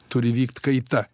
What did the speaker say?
turi vykt kaita